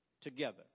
Together